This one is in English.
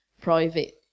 private